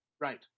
Right